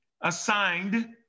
assigned